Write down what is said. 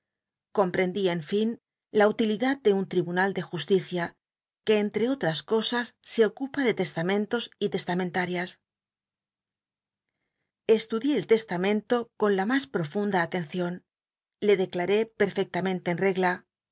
comprendí en fin la utilidad de un tribunal de juslicia que entre otras cosas se ocupa de testamen tos y testamentarias e l udié el testamento con la mas profunda alencion le declaré perfectamente en rc